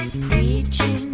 preaching